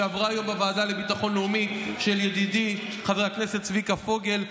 שעברה היום בוועדה לביטחון לאומי של ידידי חבר הכנסת צביקה פוגל,